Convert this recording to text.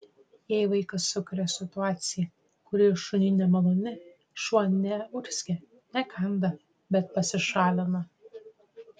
jei vaikas sukuria situaciją kuri šuniui nemaloni šuo neurzgia nekanda bet pasišalina